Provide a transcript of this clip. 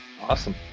awesome